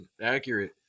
accurate